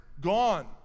gone